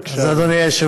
בבקשה, אדוני.